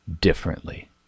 differently